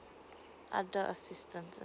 other assistance